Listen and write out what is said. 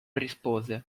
rispose